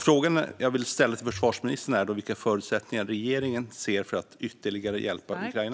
Frågan jag vill ställa till försvarsministern är då vilka förutsättningar regeringen ser för att ytterligare hjälpa Ukraina.